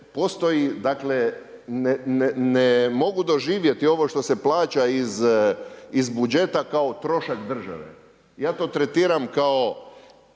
Postoji dakle ne mogu doživjeti ovo što se plaća iz budžeta kao trošak države. Ja to tretiram kao